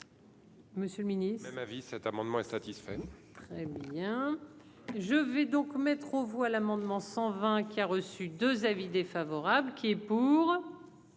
Monsieur le Ministre. Ma vie, cet amendement est satisfait. Très bien, je vais donc mettre aux voix l'amendement 120 qui a reçu 2 avis défavorables. Qui s'abstient,